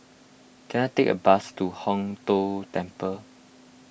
can I take a bus to Hong Tho Temple